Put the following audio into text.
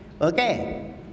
Okay